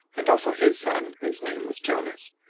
and also his son, whose name was jonas,